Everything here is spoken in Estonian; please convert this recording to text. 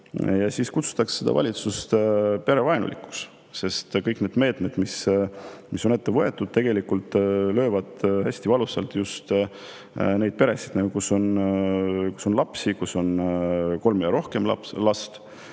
valitsust kutsutakse perevaenulikuks, sest kõik need meetmed, mis on ette võetud, tegelikult löövad hästi valusalt just neid peresid, kus on lapsi, kus on kolm või rohkem last.